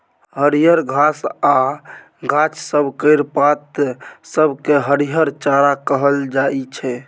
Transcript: हरियर घास आ गाछ सब केर पात सब केँ हरिहर चारा कहल जाइ छै